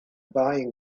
buying